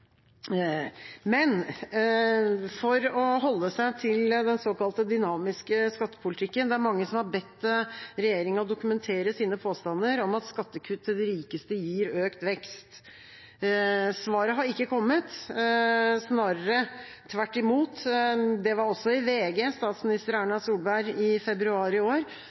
Men for å holde seg til den såkalte dynamiske skattepolitikken: Det er mange som har bedt regjeringa dokumentere sine påstander om at skattekutt til de rikeste gir økt vekst. Svaret har ikke kommet, snarere tvert imot. Statsminister Erna Solberg uttalte – også i VG – i februar i år: